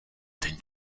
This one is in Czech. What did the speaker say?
ten